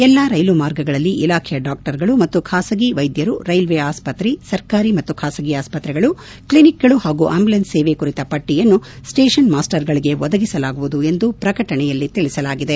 ಎಲ್ಲಾ ರೈಲು ಮಾರ್ಗಗಳಲ್ಲಿ ಇಲಾಖೆಯ ಡಾಕ್ಟರ್ಗಳು ಮತ್ತು ಖಾಸಗಿ ವೈದ್ಯರು ರೈಲ್ವೆ ಆಸ್ಪತ್ರೆ ಸರ್ಕಾರಿ ಮತ್ತು ಖಾಸಗಿ ಆಸ್ಪತ್ರೆಗಳು ಕ್ಲಿನಿಕ್ಗಳು ಹಾಗೂ ಆ್ಕಂಬುಲೆನ್ಸ್ ಸೇವೆ ಕುರಿತ ಪಟ್ಟಿಯನ್ನು ಸ್ವೇಷನ್ ಮಾಸ್ಟರ್ಗಳಿಗೆ ಒದಗಿಸಲಾಗುವುದು ಎಂದು ಪ್ರಕಟಣೆಯಲ್ಲಿ ತಿಳಿಸಲಾಗಿದೆ